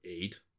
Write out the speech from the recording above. eight